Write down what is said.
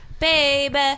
Baby